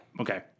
okay